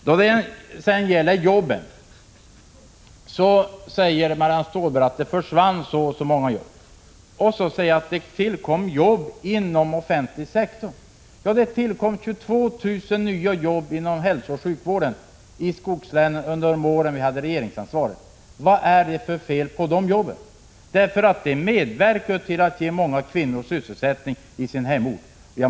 När det handlar om jobben säger Marianne Stålberg att det försvann så och så många jobb och att det tillkom arbetstillfällen inom den offentliga sektorn. Ja, det tillkom 22 000 nya jobb inom hälsooch sjukvården i skogslänen under de år då vi hade regeringsansvaret. Vad är det för fel på de jobben? De medverkade till att ge många kvinnor sysselsättning på hemorten.